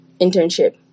internship